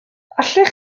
allech